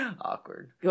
Awkward